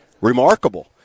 remarkable